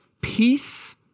peace